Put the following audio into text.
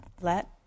let